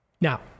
Now